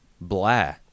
blah